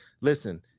Listen